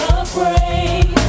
afraid